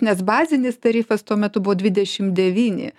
nes bazinis tarifas tuo metu buvo dvidešim devyni